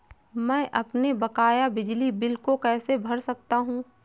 मैं अपने बकाया बिजली बिल को कैसे भर सकता हूँ?